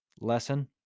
lesson